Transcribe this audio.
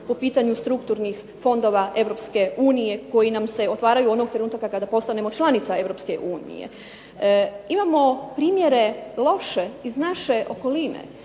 po pitanju strukturnih fondova Europske unije koji nam se otvaraju onog trenutka kada postanemo članica Europske unije. Imamo primjere loše iz naše okoline,